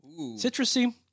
citrusy